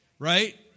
right